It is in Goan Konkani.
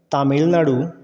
तामिलनाडू